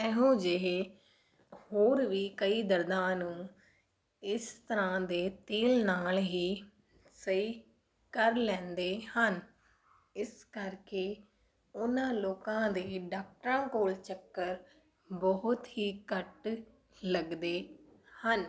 ਇਹੋ ਜਿਹੇ ਹੋਰ ਵੀ ਕਈ ਦਰਦਾਂ ਨੂੰ ਇਸ ਤਰ੍ਹਾਂ ਦੇ ਤੇਲ ਨਾਲ ਹੀ ਸਹੀ ਕਰ ਲੈਂਦੇ ਹਨ ਇਸ ਕਰਕੇ ਉਹਨਾਂ ਲੋਕਾਂ ਦੀ ਡਾਕਟਰਾਂ ਕੋਲ ਚੱਕਰ ਬਹੁਤ ਹੀ ਘੱਟ ਲੱਗਦੇ ਹਨ